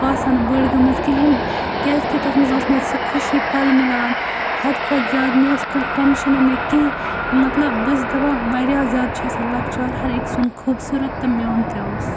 بہٕ آسہٕ ہا نہٕ بٔڑ گٔمٕژ کِہیٖنۍ کیٛازِکہِ تَتھ منٛز اوس مےٚ سُہ خوشی پَل مِلان حَدٕ کھۄتہٕ زیادٕ مےٚ اوس کانٛہہ ٹٮ۪نشَنٕے نہ کِہیٖنۍ مطلب بہٕ ٲسٕس دَپان واریاہ زیادٕ چھُ آسان لۄکچار ہَر أکۍ سُنٛد خوٗبصوٗرت تہٕ میون تہِ اوس